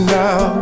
now